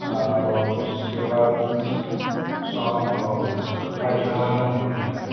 और उसके बाद सौंफ हो गया अजवाइन हो गया